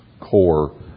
core